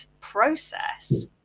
process